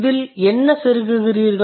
இதில் என்ன செருகுகிறீர்கள்